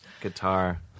guitar